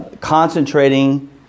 Concentrating